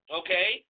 okay